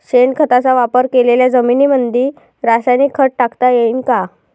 शेणखताचा वापर केलेल्या जमीनीमंदी रासायनिक खत टाकता येईन का?